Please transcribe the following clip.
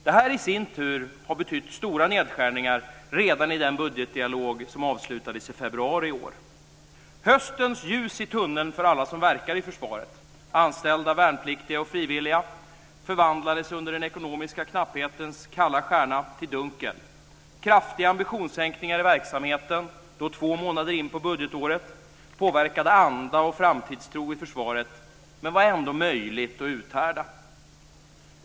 Detta i sin tur har betytt stora nedskärningar redan i den budgetdialog som avslutades i februari i år. Höstens ljus i tunneln för alla som verkar i försvaret - anställda, värnpliktiga och frivilliga - förvandlades under den ekonomiska knapphetens kalla stjärna till dunkel. Kraftiga ambitionssänkningar i verksamheten två månader in på budgetåret påverkade anda och framtidstro i försvaret men var ändå möjligt att uthärda.